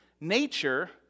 nature